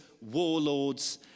warlords